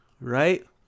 right